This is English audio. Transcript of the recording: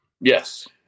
Yes